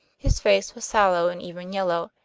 his face was sallow and even yellow,